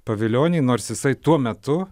pavilionį nors jisai tuo metu